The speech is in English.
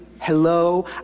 hello